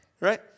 right